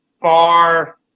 far